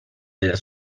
della